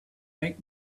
make